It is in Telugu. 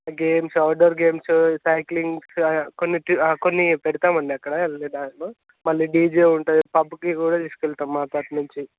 గేమ్స్ అవుట్డోర్ గేమ్స్ సైక్లింగ్ కొన్ని కొన్ని పెడతాం అండి అక్కడ వెళ్ళే దారిలో మనకు డీజే ఉంటుంది పబ్కి కూడా తీసుకు వెళ్తాం మా తరఫున నుంచి